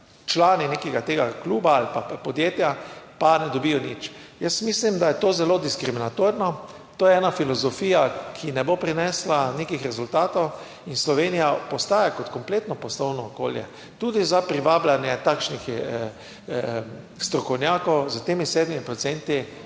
člani nekega tega kluba ali pa podjetja, pa ne dobijo nič. Jaz mislim, da je to zelo diskriminatorno. To je ena filozofija, ki ne bo prinesla nekih rezultatov in Slovenija postaja kot kompletno poslovno okolje tudi za privabljanje takšnih strokovnjakov s temi 7 procenti